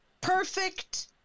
perfect